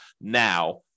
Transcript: now